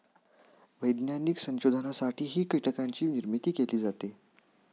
वैज्ञानिक संशोधनासाठीही कीटकांची निर्मिती केली जाते